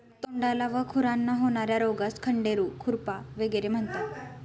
तोंडाला व खुरांना होणार्या रोगास खंडेरू, खुरपा वगैरे म्हणतात